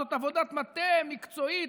זו עבודת מטה מקצועית,